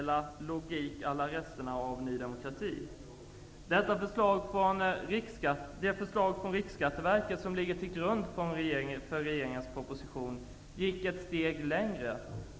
Det är logik à la resterna av Det förslag från Riksskatteverket som ligger till grund för regeringens proposition gick ett steg längre.